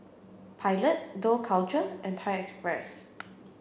Pilot Dough Culture and Thai Express